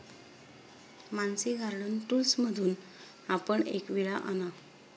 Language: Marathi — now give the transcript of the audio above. मानसी गार्डन टूल्समधून आपण एक विळा आणा